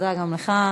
תודה גם לך.